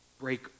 break